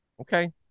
Okay